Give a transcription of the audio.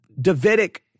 Davidic